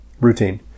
routine